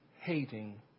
hating